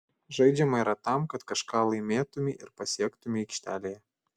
žaidžiama yra tam kad kažką laimėtumei ir pasiektumei aikštelėje